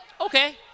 Okay